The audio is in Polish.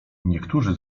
niektórzy